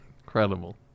Incredible